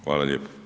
Hvala lijepo.